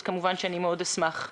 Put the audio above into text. כמובן שאני מאוד אשמח לשמוע.